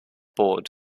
board